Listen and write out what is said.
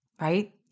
right